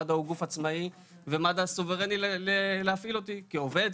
מד"א הוא גוף עצמאי ומד"א סוברני להפעיל אותי כעובד,